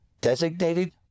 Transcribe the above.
designated